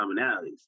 commonalities